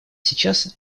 сейчас